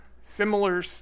similar